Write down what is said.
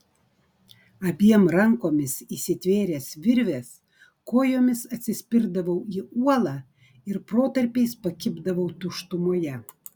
abiem rankomis įsitvėręs virvės kojomis atsispirdavau į uolą ir protarpiais pakibdavau tuštumoje